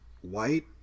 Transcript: white